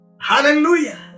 Hallelujah